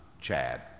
Chad